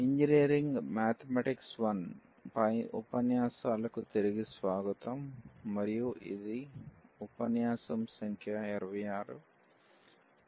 engineering mathematics I పై ఉపన్యాసాలకు తిరిగి స్వాగతం మరియు ఇది ఉపన్యాసం సంఖ్య 26